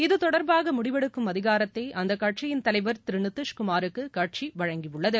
இது தொடர்பாக முடிவெடுக்கும் அதிகாரத்தை அந்த கட்சியின் தலைவர் திரு நிதிஷ் குமாருக்கு கட்சி வழங்கியுள்ளது